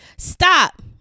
stop